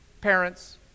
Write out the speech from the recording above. parents